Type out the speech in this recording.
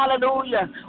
hallelujah